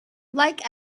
like